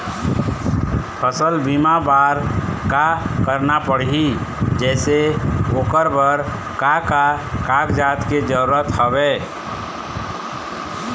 फसल बीमा बार का करना पड़ही जैसे ओकर बर का का कागजात के जरूरत हवे?